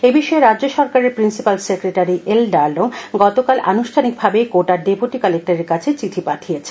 এবিষয়ে রাজ্যসরকারের principal secretary L Darlong গতকাল আনুষ্ঠানিকভাবে কোটা র ডেপুটি কালেক্টারের কাছে চিঠি পাঠিয়েছেন